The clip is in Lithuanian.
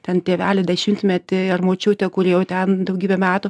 ten tėvelį dešimtmetį ar močiutę kuri jau ten daugybę metų